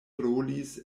rolis